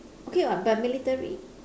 okay what but military